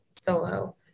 solo